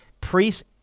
priests